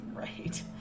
Right